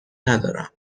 ندارم